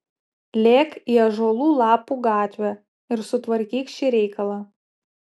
lėk į ąžuolų lapų gatvę ir sutvarkyk šį reikalą